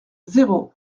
zéro